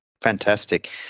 Fantastic